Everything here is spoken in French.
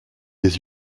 des